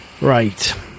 Right